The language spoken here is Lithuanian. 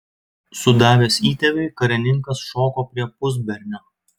sudavęs įtėviui karininkas šoko prie pusbernio